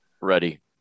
Ready